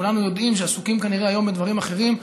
וכולנו יודעים שהם כנראה עסוקים היום בדברים אחרים,